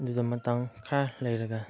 ꯑꯗꯨꯗ ꯃꯇꯝ ꯈꯔ ꯂꯩꯔꯒ